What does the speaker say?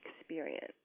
experience